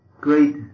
great